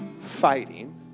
fighting